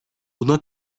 buna